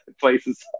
places